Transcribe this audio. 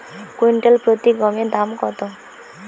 Quintal প্রতি গমের দাম কত?